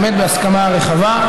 באמת בהסכמה רחבה.